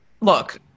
look